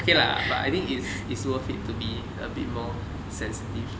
okay lah but I think it's it's worth it to be a bit more sensitive